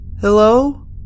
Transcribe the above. Hello